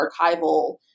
archival